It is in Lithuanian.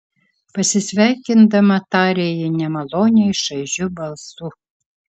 pasisveikindama tarė ji nemaloniai šaižiu balsu